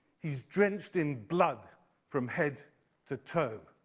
he's drenched in blood from head to toe.